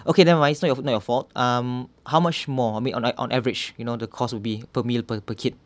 okay never mind it's not your not your fault um how much more I mean on like on average you know the cost would be per meal per kid